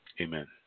Amen